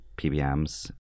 PBMs